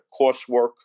coursework